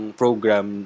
program